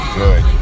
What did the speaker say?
good